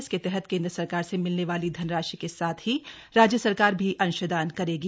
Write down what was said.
इसके तहत केन्द्र सरकार से मिलने वाली धनराशि के साथ ही राज्य सरकार भी अंशदान करेगी